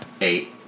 Eight